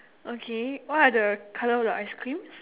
okay what are the colour of the ice creams